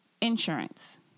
insurance